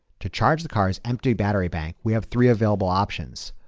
to charge the car's empty battery bank. we have three available options,